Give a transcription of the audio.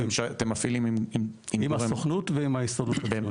אתם מפעילים עם --- עם הסוכנות ועם ההסתדרות הציונית.